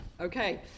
Okay